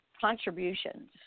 contributions